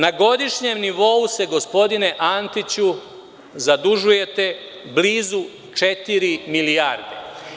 Na godišnjem nivou se, gospodine Antiću, zadužujete blizu četiri milijarde.